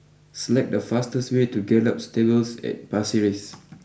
select the fastest way to Gallop Stables at Pasir Ris